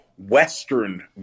western